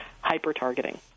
hyper-targeting